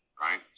right